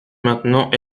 maintenant